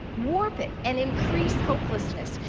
warp it, and increase hopelessness,